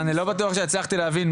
אני מנסה להבין,